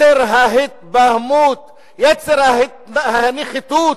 יצר ההתבהמות, יצר הנחיתות,